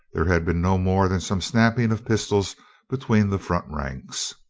there had been no more than some snapping of pistols be tween the front ranks.